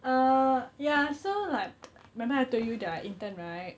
err ya so like remember I told you that I interned right